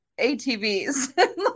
ATVs